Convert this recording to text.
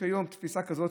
יש היום תפיסה כזאת,